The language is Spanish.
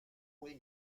puede